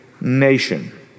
nation